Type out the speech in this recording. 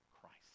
Christ